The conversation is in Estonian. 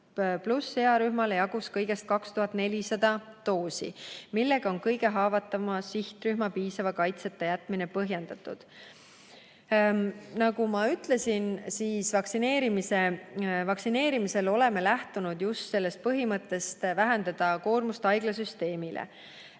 80+ earühmale jagus kõigest 2400 doosi. Millega on kõige haavatavama sihtrühma piisava kaitseta jätmine põhjendatud?" Nagu ma ütlesin, oleme vaktsineerimisel lähtunud just sellest põhimõttest: vähendada haiglasüsteemi